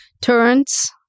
turns